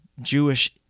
Jewish